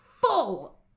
full